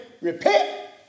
repent